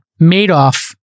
Madoff